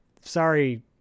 sorry